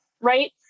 right